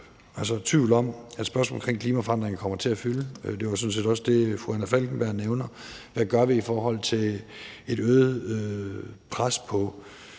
ikke tvivl om, at spørgsmål omkring klimaforandringer kommer til at fylde – det er sådan set også det, fru Anna Falkenberg nævner. Hvad gør vi i forhold til et øget pres på,